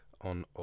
on